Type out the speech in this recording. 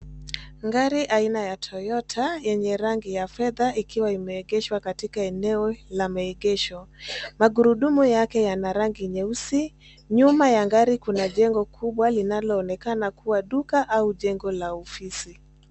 Gari aina ya Toyota yenye rangi ya fedha ikiwa imeegeshwa katika eneo la maegesho. Magurudumu yake yana rangi nyeusi. Nyuma ya gari kuna jengo kubwa linaloonekana kuwa duka au jengo la ofisi.